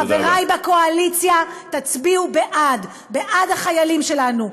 חברי בקואליציה, תצביעו בעד, בעד החיילים שלנו.